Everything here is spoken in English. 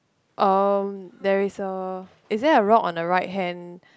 um there is a is there a rock on the right hand